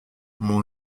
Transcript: mon